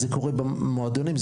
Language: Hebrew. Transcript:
במועדונים,